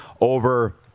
over